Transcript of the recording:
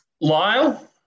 Lyle